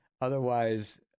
Otherwise